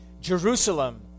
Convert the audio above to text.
Jerusalem